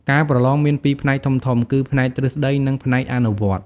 ការប្រឡងមានពីរផ្នែកធំៗ គឺផ្នែកទ្រឹស្តី និងផ្នែកអនុវត្ត។